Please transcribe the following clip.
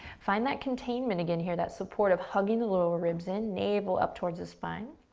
find that containment, again, here, that support of hugging the lower ribs in, navel up towards the spine.